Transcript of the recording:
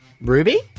Ruby